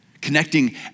Connecting